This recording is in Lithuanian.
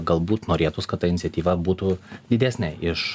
galbūt norėtųs kad ta iniciatyva būtų didesnė iš